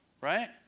Right